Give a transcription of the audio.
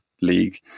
league